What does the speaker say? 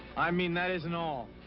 i mean, that isn't all.